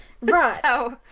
right